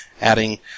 Adding